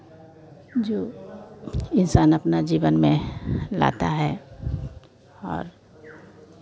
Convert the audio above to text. जो इन्सान अपना जीवन में लाता है और